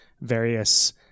various